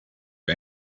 you